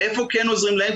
איפה כן עוזרים להם,